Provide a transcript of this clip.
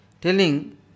Telling